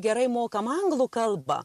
gerai mokam anglų kalbą